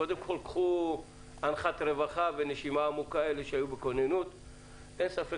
קחו אנחת רווחה ונשימה עמוקה, אין ספק